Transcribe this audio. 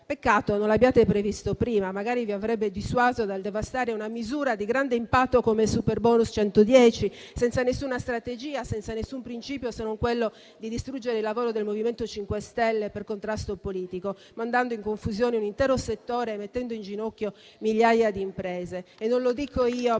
Peccato non lo abbiate previsto prima, perché magari vi avrebbe dissuaso dal devastare una misura di grande impatto come il superbonus 110 per cento senza nessuna strategia, senza nessun principio se non quello di distruggere il lavoro del MoVimento 5 Stelle per contrasto politico, mandando in confusione un intero settore e mettendo in ginocchio migliaia di imprese. Non sono io a